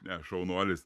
ne šaunuolis